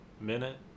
minute